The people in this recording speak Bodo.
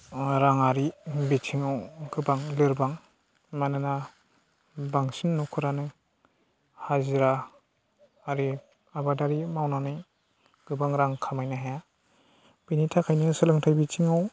राङारि बिथिङाव गोबां लोरबां मानोना बांसिन न'खरानो हाजिरा आरि आबादारि मावनानै गोबां रां खामायनो हाया बेनि थाखायनो सोलोंथाइ बिथिङाव